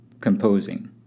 composing